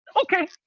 Okay